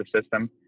system